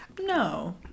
No